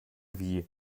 wie